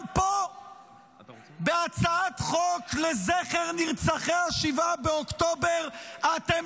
גם פה בהצעת חוק לזכר נרצחי 7 באוקטובר אתם